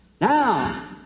Now